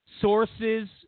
Sources